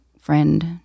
friend